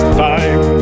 time